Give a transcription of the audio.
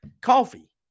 Coffee